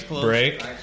break